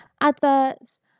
adverts